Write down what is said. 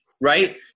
right